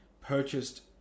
purchased